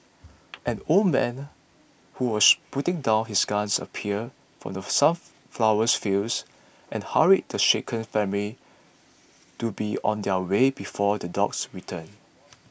an old man who was putting down his guns appeared from the sunflower fields and hurried the shaken family to be on their way before the dogs return